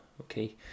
okay